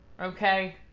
Okay